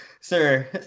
sir